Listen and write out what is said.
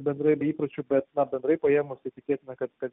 bendrai be įpročių bet na bendrai paėmus tai tikėtina kad kad